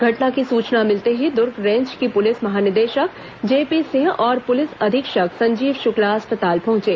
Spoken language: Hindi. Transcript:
घटना की सूचना मिलते ही दुर्ग रेंज के पुलिस महानिरीक्षक जीपी सिंह और पुलिस अधीक्षक संजीव शुक्ला अस्पताल पहुंचे